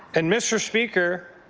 and mr. speaker,